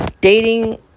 dating